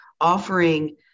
offering